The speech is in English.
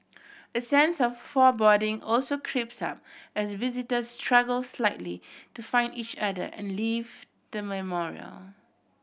a sense of foreboding also creeps up as visitors struggle slightly to find each other and leave the memorial